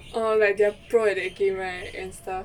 orh like they are pro at that game right